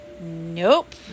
Nope